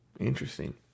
Interesting